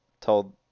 told